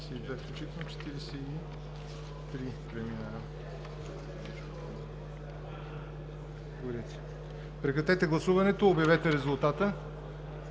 Прекратете гласуването и обявете резултата.